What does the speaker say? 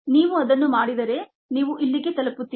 ನೀವು ಅದನ್ನು ಮಾಡಿದರೆ ನೀವು ಇಲ್ಲಿಗೆ ತಲುಪುತ್ತೀರಿ